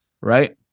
right